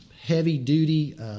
heavy-duty